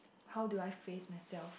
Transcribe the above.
how do I phrase myself